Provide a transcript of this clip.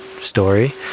story